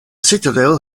citadel